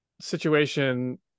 situation